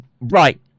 right